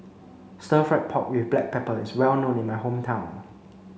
stir fried pork with black pepper is well known in my hometown